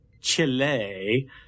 Chile